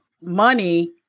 money